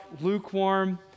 lukewarm